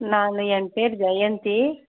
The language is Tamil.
நான் என் பேரு ஜெயந்தி